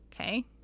okay